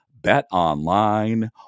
BetOnline